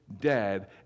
dead